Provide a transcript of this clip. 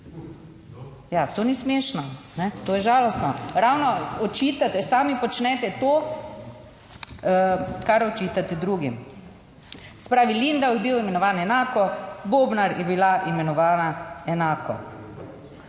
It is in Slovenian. to ni smešno, to je žalostno. Ravno očitate, sami počnete to, kar očitate drugim. Se pravi, Lindav je bil imenovan enako, Bobnar je bila imenovana enako.